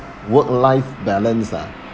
work life balance ah